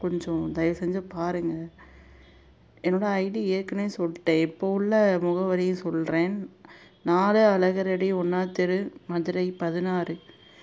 கொஞ்சம் தயவு செஞ்சு பாருங்கள் என்னோடய ஐடி ஏற்கனவே சொல்லிட்டேன் இப்போ உள்ள முகவரியும் சொல்கிறேன் நாலு அழகரடி ஒன்றாவது தெரு மதுரை பதினாறு